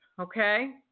okay